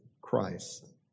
Christ